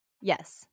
Yes